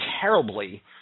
terribly